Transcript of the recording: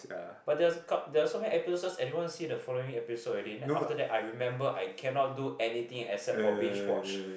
but that was there are so many episodes everyone see the following episode already then after that I remember I cannot do anything except for been watched